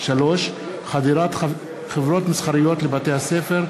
3. חדירת חברות מסחריות לבתי-הספר,